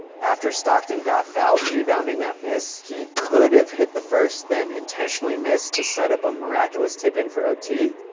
after stockton got fouled rebounding that miss, he could've hit the first then intentionally miss to set up a miraculous tip in for ot,